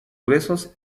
gruesos